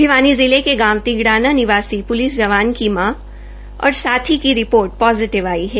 भिवानी जिले के गांव तिगड़ाना निवासी प्लिस जवान की मां और उसके साथी की रिपोर्ट पोजिटिव आई है